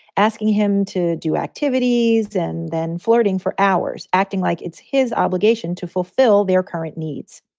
asking him to do activities and then flirting for hours, acting like it's his obligation to fulfill their current needs.